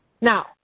Now